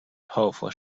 powerful